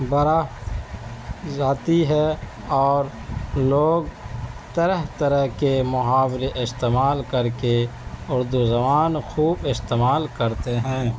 بڑا ذاتی ہے اور لوگ طرح طرح کے محاورے استعمال کر کے اردو زبان خوب استعمال کرتے ہیں